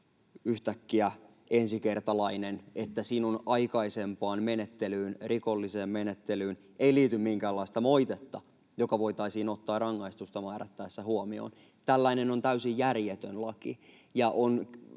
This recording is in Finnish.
yhtäkkiä ensikertalainen ja että sinun aikaisempaan menettelyyn, rikolliseen menettelyyn, ei liity minkäänlaista moitetta, joka voitaisiin ottaa rangaistusta määrättäessä huomioon, on täysin järjetön laki,